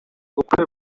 ubukwe